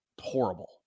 horrible